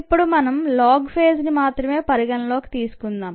ఇప్పుడు మనం log phase ని మాత్రమే పరిగణలోకి తీసుకుందాం